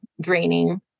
draining